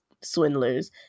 swindlers